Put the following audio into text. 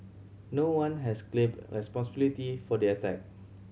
no one has claimed responsibility for the attack